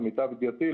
למיטב ידיעתי,